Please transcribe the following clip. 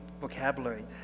vocabulary